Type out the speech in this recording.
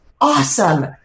Awesome